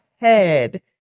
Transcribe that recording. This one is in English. head